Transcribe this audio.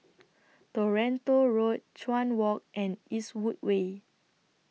Toronto Road Chuan Walk and Eastwood Way